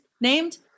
named